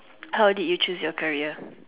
how did you choose your career